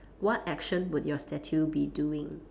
what action would your statue be doing